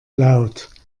laut